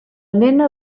nena